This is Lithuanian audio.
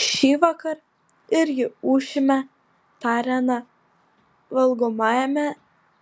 šįvakar irgi ūšime tarė ana valgomajame